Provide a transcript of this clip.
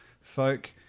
folk